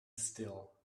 still